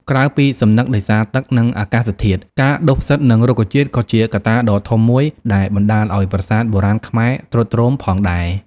ក្រៅពីសំណឹកដោយសារទឹក និងអាកាសធាតុ ការដុះផ្សិត និងរុក្ខជាតិ ក៏ជាកត្តាដ៏ធំមួយដែលបណ្ដាលឱ្យប្រាសាទបុរាណខ្មែរទ្រុឌទ្រោមផងដែរ។